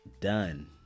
done